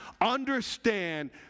understand